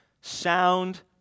sound